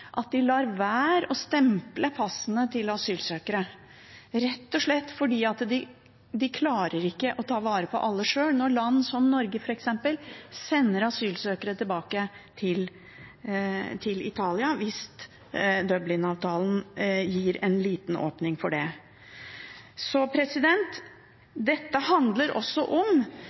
at de lar være å stemple passene til asylsøkere – rett og slett fordi de ikke klarer å ta vare på alle sjøl, når land som f.eks. Norge sender asylsøkere tilbake til Italia hvis Dublin-avtalen gir en liten åpning for det. Så dette handler også om